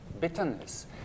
bitterness